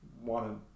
wanted